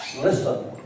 listen